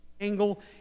angle